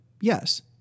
yes